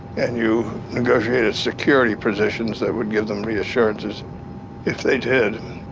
and you negotiated security positions that would give them reassurances if they did.